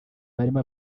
barimo